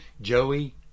Joey